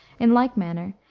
in like manner,